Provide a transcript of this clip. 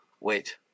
wait